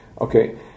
Okay